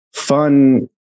fun